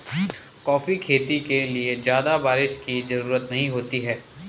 coffee खेती के लिए ज्यादा बाऱिश की जरूरत नहीं होती है